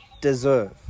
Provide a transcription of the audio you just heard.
deserve